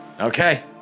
Okay